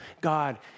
God